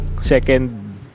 Second